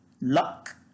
luck